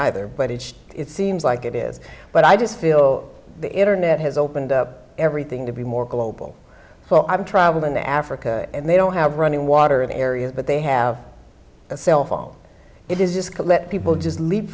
either but each it seems like it is but i just feel the internet has opened up everything to be more global so i'm traveling to africa and they don't have running water areas but they have a cell phone it is just to let people just